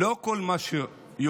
לא כל מה שיוחלט,